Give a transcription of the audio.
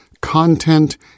content